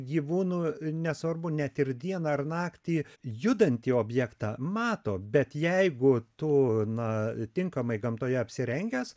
gyvūnų nesvarbu net ir dieną ar naktį judantį objektą mato bet jeigu tu na tinkamai gamtoje apsirengęs